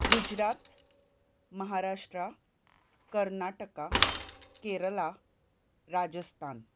Gujarat Maharashtra Karnataka Kerala Rajasthan